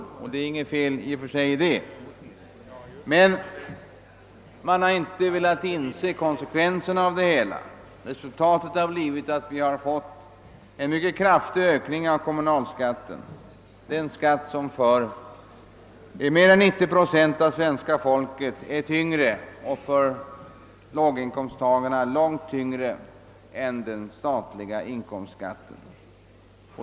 I och för sig är det inte något fel i det, men man har inte velat inse vilka konsekvenser detta för med sig. Resultatet har blivit en mycket kraftig ökning av kommunalskatten, alltså den skatt som för mer än 90 procent av svenska folket är tyngre — och för låginkomsttagarna långt tyngre — än den statliga inkomstskatten.